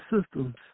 systems